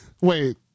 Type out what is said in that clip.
Wait